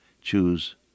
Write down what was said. choose